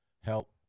help